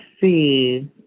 see